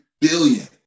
billion